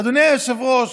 אדוני היושב-ראש,